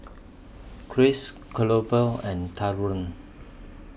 Krish Cleobal and Taurean